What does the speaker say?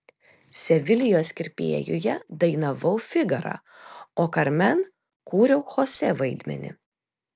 sevilijos kirpėjuje dainavau figarą o karmen kūriau chosė vaidmenį